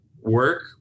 work